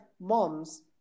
moms